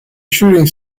shooting